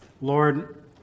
Lord